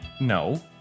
No